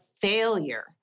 failure